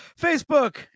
Facebook